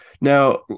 Now